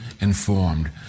informed